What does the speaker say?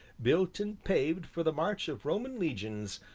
built and paved for the march of roman legions,